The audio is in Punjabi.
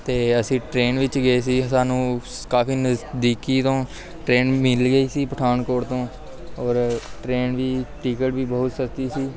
ਅਤੇ ਅਸੀਂ ਟ੍ਰੇਨ ਵਿੱਚ ਗਏ ਸੀ ਸਾਨੂੰ ਕਾਫ਼ੀ ਨਜ਼ਦੀਕੀ ਤੋਂ ਟ੍ਰੇਨ ਮਿਲ ਲਈ ਗਈ ਸੀ ਪਠਾਨਕੋਟ ਤੋਂ ਔਰ ਟ੍ਰੇਨ ਦੀ ਟਿਕਟ ਵੀ ਬਹੁਤ ਸਸਤੀ ਸੀ